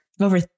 over